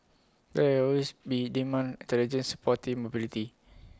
there will always be demand intelligent sporty mobility